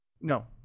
No